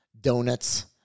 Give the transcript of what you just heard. donuts